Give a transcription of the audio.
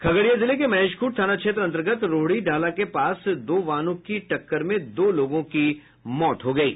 खगड़िया जिले के महेशखुंट थाना क्षेत्र अन्तर्गत रोहरी डाला के पास दो वाहनों की टक्कर में दो लोगों की मौत हो गयी